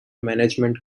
management